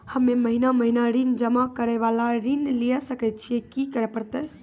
हम्मे महीना महीना ऋण जमा करे वाला ऋण लिये सकय छियै, की करे परतै?